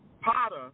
Potter